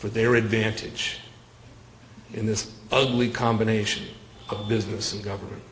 for their advantage in this ugly combination of business and government